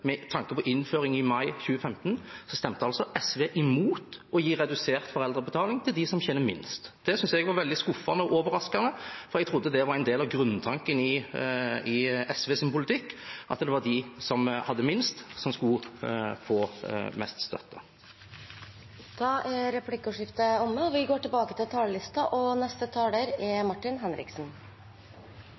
med tanke på innføring i mai 2015, stemte altså SV imot å gi redusert foreldrebetaling til dem som tjener minst. Det syntes jeg var veldig skuffende og overraskende, for jeg trodde det var en del av grunntanken i SVs politikk at det var de som hadde minst, som skulle få mest støtte. Replikkordskiftet er omme. Arbeiderpartiet vil ha en skole der elevene lærer mer og